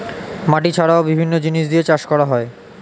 মাটি ছাড়াও বিভিন্ন জিনিস দিয়ে চাষ করা হয়